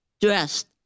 dressed